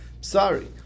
sorry